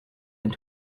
and